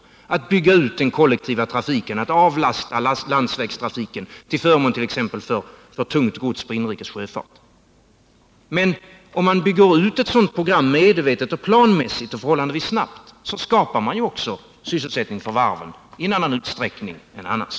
Vi behöver bygga ut den kollektiva trafiken och avlasta landsvägstrafiken till förmån för att t.ex. få tungt gods på inrikes sjöfart. Men om man bygger ut efter ett sådant program, medvetet och planmässigt och förhållandevis snabbt, skapar man också sysselsättning för varven i en annan utsträckning än annars.